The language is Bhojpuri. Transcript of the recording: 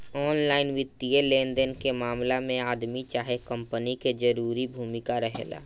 ऑनलाइन वित्तीय लेनदेन के मामला में आदमी चाहे कंपनी के जरूरी भूमिका रहेला